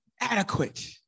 adequate